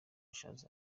ashes